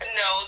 no